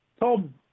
Tom